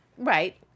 Right